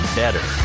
better